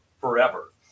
forever